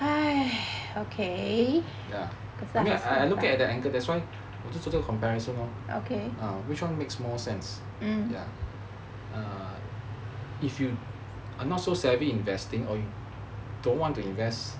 ya I men I look at at the anchor that's why 要做 comparison lor ah which one makes more sense if you are not so savvy investing or you don't want to invest